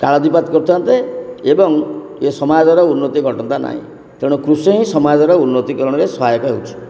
କାଳତିପାତ କରିଥାନ୍ତେ ଏବଂ ଏ ସମାଜର ଉନ୍ନତି ଘଟନ୍ତା ନାହିଁ ତେଣୁ କୃଷି ହିଁ ସମାଜର ଉନ୍ନତିକରଣରେ ସହାୟକ ହେଉଛି